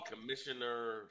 commissioner